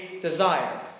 desire